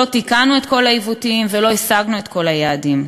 לא תיקנו את כל העיוותים ולא השגנו את כל היעדים,